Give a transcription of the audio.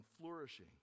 flourishing